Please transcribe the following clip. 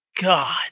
god